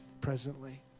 presently